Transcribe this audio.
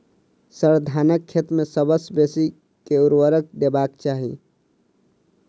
sir, धानक खेत मे सबसँ बेसी केँ ऊर्वरक देबाक चाहि